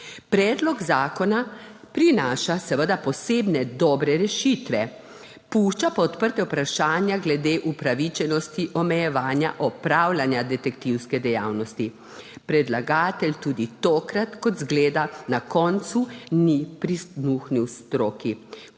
Predlog zakona prinaša seveda posebne dobre rešitve, pušča pa odprta vprašanja glede upravičenosti omejevanja opravljanja detektivske dejavnosti. Predlagatelj tudi tokrat, kot izgleda, na koncu ni prisluhnil stroki.